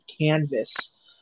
Canvas